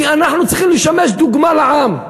כי אנחנו צריכים לשמש דוגמה לעם.